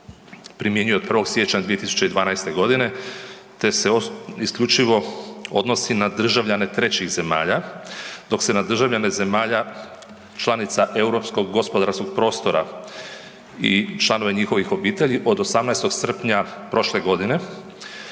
primjenjuje od 1. siječnja 2012. godine te se isključivo odnosi na državljane trećih zemalja, dok se na državljane zemalja članica Europskog gospodarskog prostora i članova njihovih obitelji od 18. srpnja prošle godine